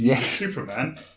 Superman